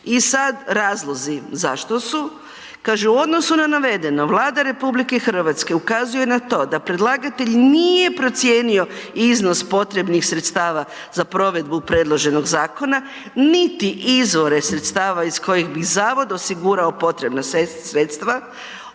I sad razlozi zašto su kaže: „U odnosu na navedeno Vlada RH ukazuje na to da predlagatelj nije procijenio iznos potrebnih sredstava za provedbu predloženog zakona niti izvore sredstava iz kojih bi zavod osigurao potrebna sredstva,